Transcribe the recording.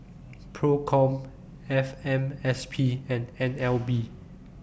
PROCOM F M S P and N L B